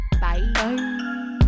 Bye